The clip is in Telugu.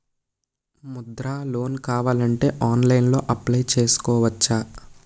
ముద్రా లోన్ కావాలి అంటే ఆన్లైన్లో అప్లయ్ చేసుకోవచ్చా?